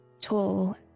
tall